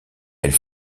elle